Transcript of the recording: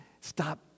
stop